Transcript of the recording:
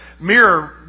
mirror